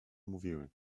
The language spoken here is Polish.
mówiły